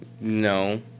No